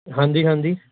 ਹਾਂਜੀ ਹਾਂਜੀ